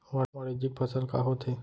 वाणिज्यिक फसल का होथे?